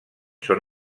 són